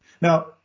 Now